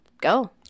go